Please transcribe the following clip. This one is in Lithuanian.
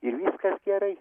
ir viskas gerai